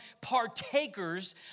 partakers